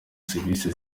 serivisi